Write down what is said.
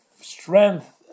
strength